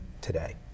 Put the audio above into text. today